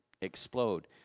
explode